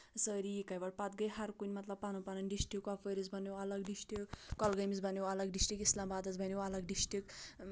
سٲری اِکے وَٹہٕ پَتہٕ گٔے ہَر کُنہِ مطلب پَنُن پَنُن ڈِسٹرک کۄپوٲرِس بَنٮ۪و اَلگ ڈِسٹرکٹ کۄلگٲمِس بَنٮ۪و اَلگ ڈِسٹرکٹ اِسلام بادَس بَنٮ۪و اَلگ ڈِسٹرکٹ